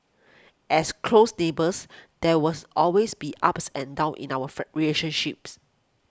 as close neighbours there was always be ups and downs in our fer relationships